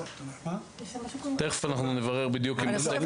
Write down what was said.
תיכף נברר אם יש לנו את זה בסקר.